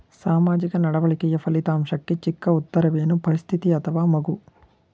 ಸಾಮಾಜಿಕ ನಡವಳಿಕೆಯ ಫಲಿತಾಂಶಕ್ಕೆ ಚಿಕ್ಕ ಉತ್ತರವೇನು? ಪರಿಸ್ಥಿತಿ ಅಥವಾ ಮಗು?